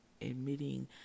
admitting